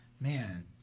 man